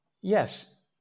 Yes